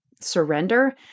surrender